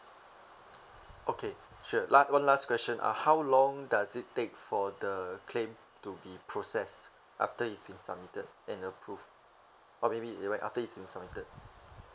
okay sure la~ one last question uh how long does it take for the claim to be processed after it's been submitted and approved or maybe right after it's been submitted